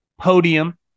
podium